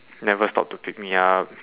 never stop to pick me up